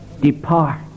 depart